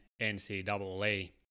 NCAA